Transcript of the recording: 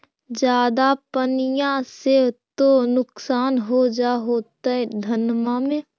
ज्यादा पनिया से तो नुक्सान हो जा होतो धनमा में?